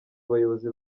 abayobozi